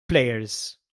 plejers